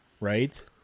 Right